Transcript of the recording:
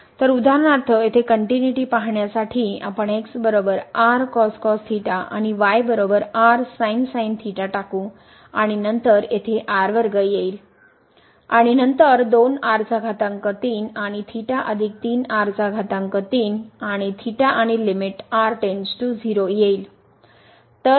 तर उदाहरणार्थ येथे कनट्युनिटी पाहण्यासाठी आपण आणि टाकू आणि नंतर येथे येईल आणि नंतर 2 आणि आणि आणि लिमिट r → 0 येईल